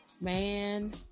Man